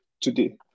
today